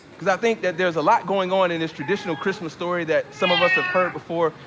cause i think that there's a lot going on in this traditional christmas story that some of us have heard before,